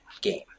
game